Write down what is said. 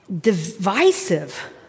divisive